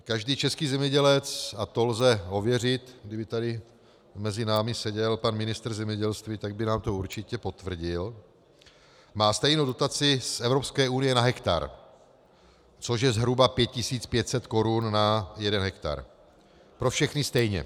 Každý český zemědělec, a to lze ověřit, kdyby tady mezi námi seděl pan ministr zemědělství, tak by nám to určitě potvrdil, má stejnou dotaci z Evropské unie na hektar, což je zhruba 5 500 korun na jeden hektar, pro všechny stejně.